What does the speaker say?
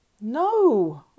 No